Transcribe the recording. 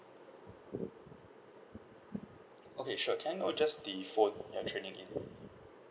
okay sure can I know just the phone you are trading in